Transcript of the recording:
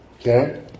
Okay